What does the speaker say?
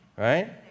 Right